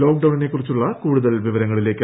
ലോക്ഡൌണിനെ കുറിച്ചുള്ള കൂടുതൽ വിവരങ്ങളിലേയ്ക്ക്